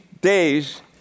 days